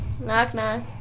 Knock-knock